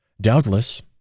Doubtless